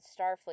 Starfleet